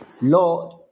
Lord